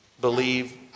believe